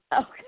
Okay